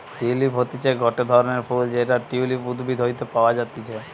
tulip হতিছে গটে ধরণের ফুল যেটা টিউলিপ উদ্ভিদ হইতে পাওয়া যাতিছে